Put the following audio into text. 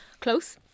Close